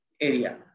area